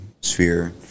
sphere